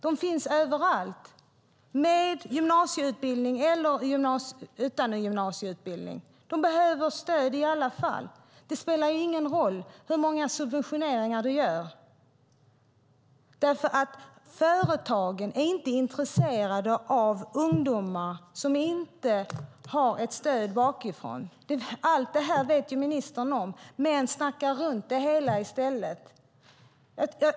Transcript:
De finns överallt med eller utan gymnasieutbildning. De behöver stöd i alla fall. Det spelar ingen roll hur mycket man subventionerar eftersom företagen inte är intresserade av ungdomar som inte har ett stöd bakom sig. Ministern vet allt detta, men hon snackar runt det hela i stället.